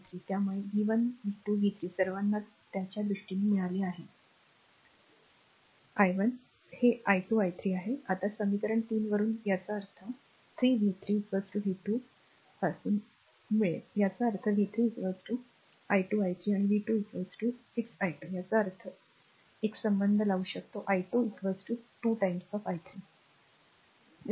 त्यामुळे v 1 v 2 v 3 सर्वांना त्याच्या दृष्टीने मिळाले आहे i 1 हे i2 i 3आहे आता समीकरण 3 वरून याचा अर्थ समीकरण 3 v 3 v 2 पासून याचा अर्थ v 3 12 i 3 आणि v 2 6 i2 याचा अर्थ एक संबंध आला आहे i2 2 i 3